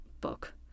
book